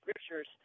scriptures